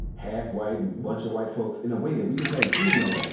half-white, and buncha white folks in a way that we just hadn't seen that,